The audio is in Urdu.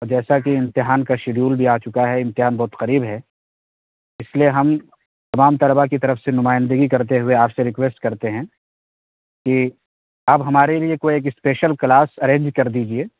جیسا کہ امتحان کا شیڈول بھی آ چکا ہے امتحان بہت قریب ہے اس لیے ہم تمام طلبا کی طرف سے نمائندگی کرتے ہوئے آپ سے رکویسٹ کرتے ہیں کہ آپ ہمارے لیے کوئی ایک اسپیشل کلاس ارینج کر دیجیے